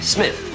Smith